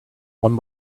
one